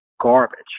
garbage